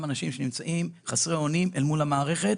אנשים שנמצאים חסרי אונים אל מול המערכת